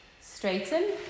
Straighten